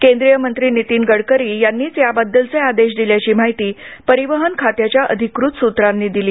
केंद्रीयमंत्री नितीन गडकरी यांनीच याबद्दलचे आदेश दिल्याची माहिती परिवहन खात्याच्या अधिकृत सूत्रांनी दिली